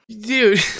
Dude